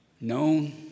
known